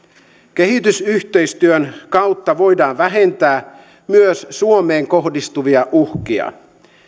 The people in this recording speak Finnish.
kehitysyhteistyön kautta voidaan vähentää myös suomeen kohdistuvia uhkia